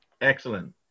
Excellent